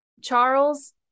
Charles